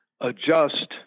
adjust